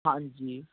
ਹਾਂਜੀ